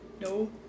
No